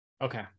Okay